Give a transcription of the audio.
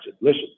listen